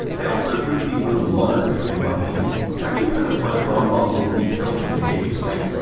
i also drew the little monitor screen by hand. it was actually kind of fun drawing all of the little details of the game screen.